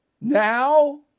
Now